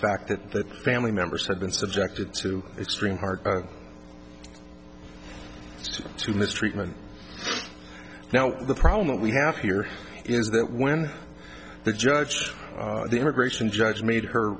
fact that the family members have been subjected to extreme hard to mistreatment now the problem that we have here is that when the judge the immigration judge made her